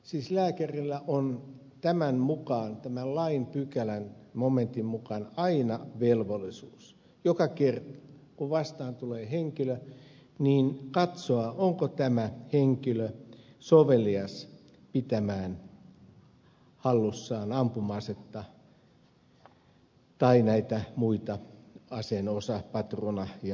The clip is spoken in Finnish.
siis lääkärillä on tämän lain pykälän momentin mukaan aina velvollisuus joka kerta kun vastaan tulee henkilö katsoa onko tämä henkilö sovelias pitämään hallussaan ampuma asetta tai näitä muita aseen osia patruunoita ja ammuksia